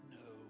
no